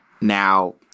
Now